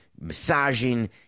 massaging